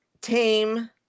tame